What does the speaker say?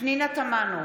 פנינה תמנו,